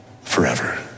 forever